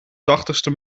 tachtigste